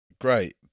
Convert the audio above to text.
great